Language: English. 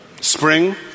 spring